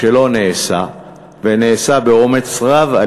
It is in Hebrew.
אתה יודע שהפרק הבא בהגדה,